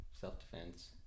self-defense